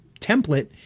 template